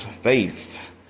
Faith